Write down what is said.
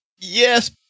Yes